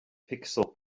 pixel